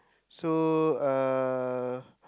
so uh